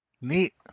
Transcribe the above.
Neat